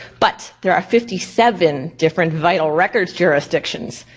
but there are fifty seven different vital records jurisdictions.